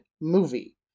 movie